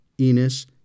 Enos